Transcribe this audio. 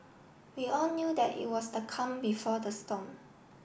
we all knew that it was the calm before the storm